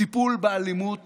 טיפול באלימות